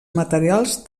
materials